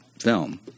film